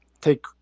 take